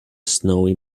snowy